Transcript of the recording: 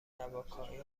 نواکائین